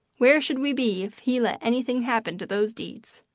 where should we be if he let anything happen to those deeds?